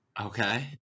Okay